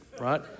right